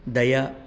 दया